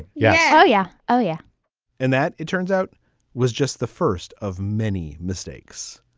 yeah. oh yeah. oh yeah in that it turns out was just the first of many mistakes.